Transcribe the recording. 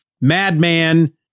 Madman